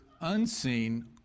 unseen